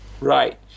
right